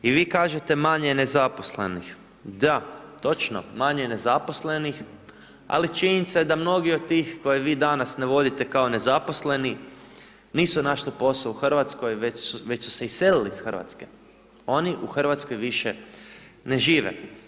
I vi kažete manje je nezaposlenih, da, točno, manje je nezaposlenih, ali činjenica je da mnogi od tih, koje vi danas ne vodite kao nezaposleni, nisu našli posao u Hrvatskoj već su se iselili iz Hrvatske, oni u Hrvatskoj više ne žive.